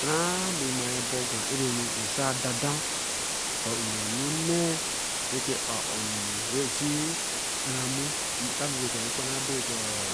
Tra in ma bo gwan areni, nsan dadan ker nnee owi onnee ra ke ar oni ra see ra aramu Kabeko a Kraran abe ker